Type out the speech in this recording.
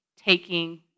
taking